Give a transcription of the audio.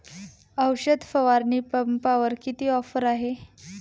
औषध फवारणी पंपावर किती ऑफर आहे?